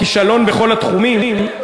"כישלון בכל התחומים",